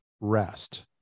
rest